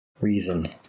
reason